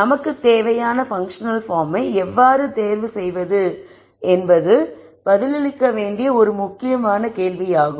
நமக்கு தேவையான பன்க்ஷனல் பார்மை எவ்வாறு தேர்வு செய்வது என்பது பதிலளிக்க வேண்டிய முக்கியமான கேள்வியாகும்